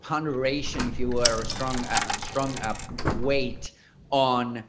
punctuation if you were a strong, ah strong weight on